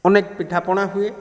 ଅନେକ ପିଠା ପଣା ହୁଏ